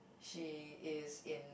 she is in